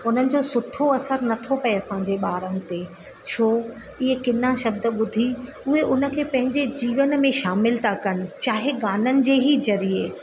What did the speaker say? उन्हनि जो सुठो असर नथो पए असांजे ॿारनि ते छो इहे किना शब्द ॿुधी उहे उन खे पंहिंजे जीवन में शामिल था कनि चाहे गाननि जे ई ज़रिए